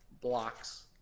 blocks